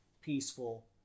peaceful